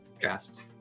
cast